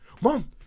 Mom